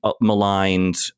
maligned